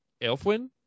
Elfwin